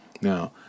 Now